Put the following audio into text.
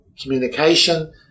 communication